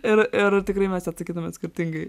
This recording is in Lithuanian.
ir ir tikrai mes atsakytumėm skirtingai